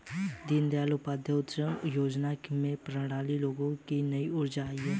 दीनदयाल उपाध्याय अंत्योदय योजना से पहाड़ी लोगों में नई ऊर्जा आई है